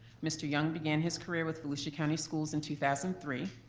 mr. young began his career with volusia county schools in two thousand three.